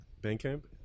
Bandcamp